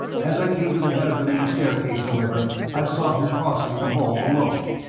as i came to the head of the main staircase, however, i saw him crossing the hall below.